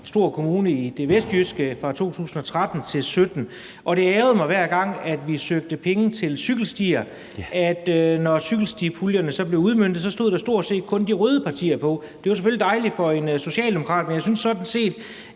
stor kommune i det vestjyske fra 2013 til 2017. Og det ærgrede mig, hver gang vi søgte penge til cykelstier, at når cykelstipuljerne blev udmøntet, så stod der stort set kun de røde partier på. Det var selvfølgelig dejligt for en socialdemokrat, men jeg synes sådan set,